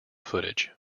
footage